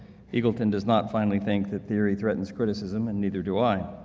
eagleton does not finally think that theory threatens criticism, and neither do i.